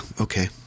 Okay